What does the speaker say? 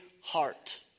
heart